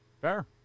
fair